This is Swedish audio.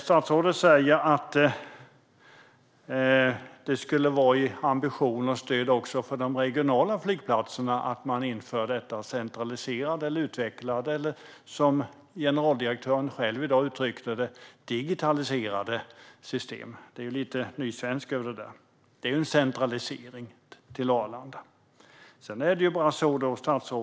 Statsrådet säger att det skulle vara ett stöd också för de regionala flygplatserna att man inför detta centraliserade, utvecklade eller, som generaldirektören själv i dag uttryckte det, digitaliserade system - det är lite nysvenska över det, för det är ju en centralisering till Arlanda.